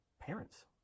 parents